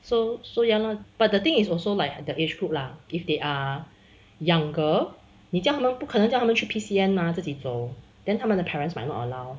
so so ya lor but the thing is also like the age group lah if they are younger 你叫他们不可能叫他们去 P_C_N 吗自己走 then 他们的 parents might not allow